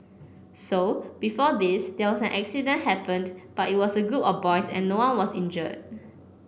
so before this there was an accident happened but it was a group of boys and no one was injured